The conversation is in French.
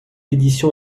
édition